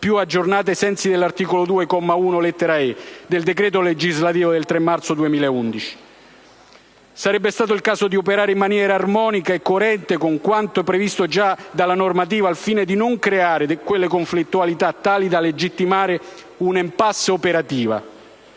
più aggiornata, ai sensi dell'articolo 2, comma 1, lettera *e)*, del decreto legislativo 3 marzo 2011, n. 28. Sarebbe stato il caso di operare in maniera armonica e coerente con quanto previsto già dalla normativa, al fine di non creare quelle conflittualità tali da legittimare un'*impasse* operativa.